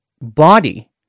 body